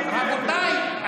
רבותיי,